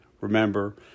Remember